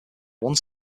one